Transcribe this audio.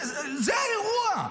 זה האירוע.